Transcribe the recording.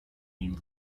nim